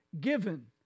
given